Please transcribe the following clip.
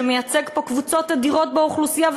ומייצג פה קבוצות אדירות באוכלוסייה.